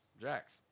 Jax